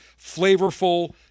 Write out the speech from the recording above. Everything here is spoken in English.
flavorful